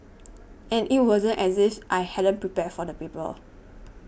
and it wasn't as if I hadn't prepared for the paper